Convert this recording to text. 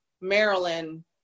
Maryland